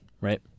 Right